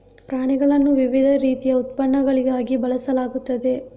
ಪ್ರಾಣಿಗಳನ್ನು ವಿವಿಧ ರೀತಿಯ ಉತ್ಪನ್ನಗಳಿಗಾಗಿ ಬೆಳೆಸಲಾಗುತ್ತದೆ